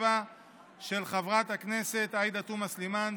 פ/1427/24, של חברת הכנסת עאידה תומא סלימאן.